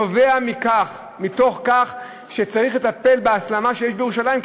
נובע מכך שצריך לטפל בהסלמה בירושלים,